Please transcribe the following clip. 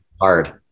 hard